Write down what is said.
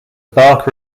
bark